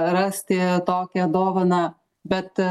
rasti tokią dovaną bet